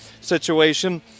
situation